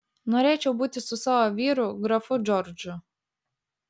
norėčiau būti su savo vyru grafu džordžu